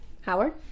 Howard